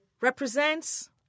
represents